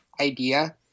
idea